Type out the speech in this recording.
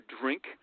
drink